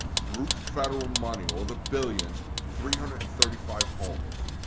through federal money, all the billions, three hundred and thirty five homes.